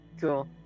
cool